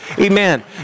amen